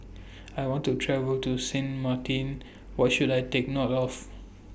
I want to travel to Sint Maarten What should I Take note of